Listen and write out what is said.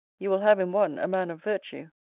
you will have in one, a man of virtue.